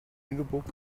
lüneburg